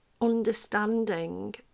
understanding